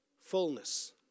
fullness